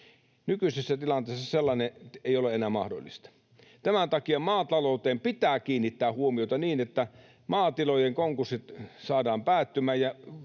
Nykyisessä tilanteessa sellainen ei ole enää mahdollista. Tämän takia maatalouteen pitää kiinnittää huomiota, niin että maatilojen konkurssit saadaan päättymään